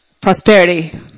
prosperity